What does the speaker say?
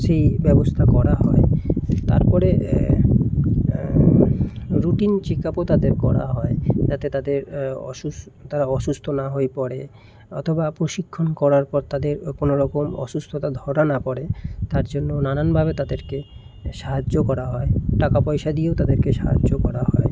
সেই ব্যবস্থা করা হয় তারপরে রুটিন চেকাপও তাদের করা হয় যাতে তাদের অসু তারা অসুস্থ না হয়ে পড়ে অথবা প্রশিক্ষণ করার পর তাদের কোনওরকম অসুস্থতা ধরা না পড়ে তার জন্য নানানভাবে তাদেরকে সাহায্য করা হয় টাকাপয়সা দিয়েও তাদেরকে সাহায্য করা হয়